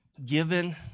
Given